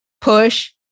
push